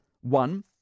one